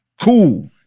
Cool